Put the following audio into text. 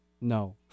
No